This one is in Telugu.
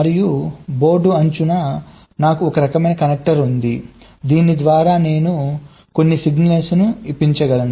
మరియు బోర్డు అంచున నాకు ఒక రకమైన కనెక్టర్ ఉంది దీని ద్వారా నేను కొన్ని సిగ్నల్స్ ఇప్పించగలను